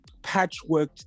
patchworked